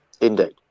Indeed